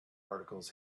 articles